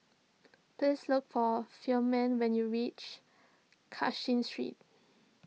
please look for Ferman when you reach Cashin Street